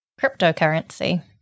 Cryptocurrency